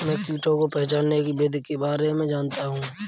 मैं कीटों को पहचानने की विधि के बारे में जनता हूँ